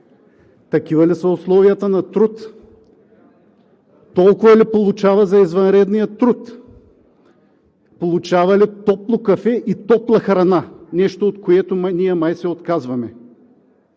Такива ли са условията на труд? Толкова ли получава за извънредния труд? Получава ли топло кафе и топла храна – нещо, от което ние май се отказваме?